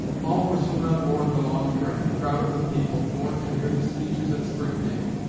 all were soon on board the long train, crowded with people, going to hear the speeches at springfield.